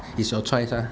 it's your choice mah